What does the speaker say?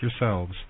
yourselves